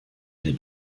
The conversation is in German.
der